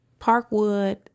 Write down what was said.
Parkwood